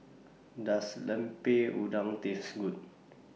Does Lemper Udang Taste Good